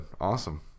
Awesome